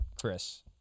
Chris